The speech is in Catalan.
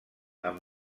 amb